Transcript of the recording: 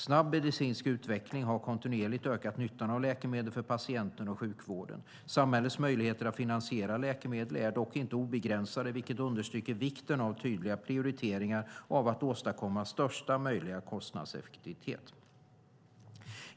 Snabb medicinsk utveckling har kontinuerligt ökat nyttan av läkemedel för patienten och sjukvården. Samhällets möjligheter att finansiera läkemedel är dock inte obegränsade, vilket understryker vikten av tydliga prioriteringar och av att åstadkomma största möjliga kostnadseffektivitet.